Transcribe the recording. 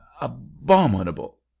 abominable